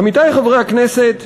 עמיתי חברי הכנסת,